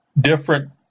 different